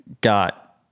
got